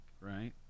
right